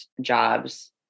jobs